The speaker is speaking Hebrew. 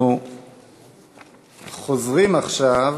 אנחנו חוזרים עכשיו